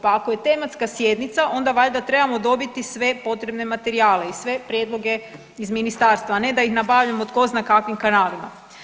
Pa ako je tematska sjednica onda valjda trebamo dobiti sve potrebne materijale i sve prijedloge iz ministarstva, a ne da ih nabavimo tko zna kakvim kanalima.